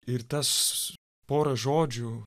ir tas pora žodžių